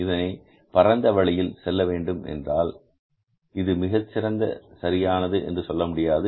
இதனை பரந்த வழியில் செல்ல வேண்டுமென்றால் இது மிகச் சரியானது என்று சொல்ல முடியாது